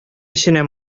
эченә